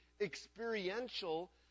experiential